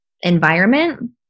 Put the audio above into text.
environment